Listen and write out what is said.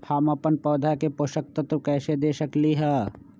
हम अपन पौधा के पोषक तत्व कैसे दे सकली ह?